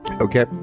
Okay